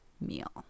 meal